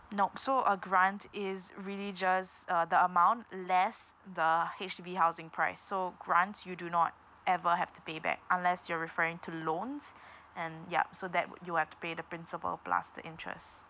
nope so a grant is really just uh the amount less the H_D_B housing price so grants you do not ever have to pay back unless you're referring to loans and yup so that would you would have to pay the principal plus the interest